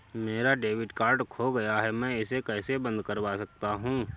मेरा debit card खो गया है मैं इसे कैसे बंद करवा सकता हूँ?